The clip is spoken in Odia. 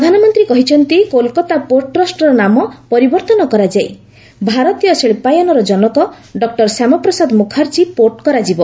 ପ୍ରଧାନମନ୍ତ୍ରୀ କହିଛନ୍ତି କୋଲକାତା ପୋର୍ଟ ଟ୍ରଷ୍ଟର ନାମ ପରିବର୍ତ୍ତନ କରାଯାଇ ଭାରତୀୟ ଶିଳ୍ପାୟନର ଜନକ ଡକ୍ଟର ଶ୍ୟାମାପ୍ରସାଦ ମୁଖାର୍ଜୀ ପୋର୍ଟ କରାଯିବ